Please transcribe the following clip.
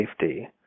safety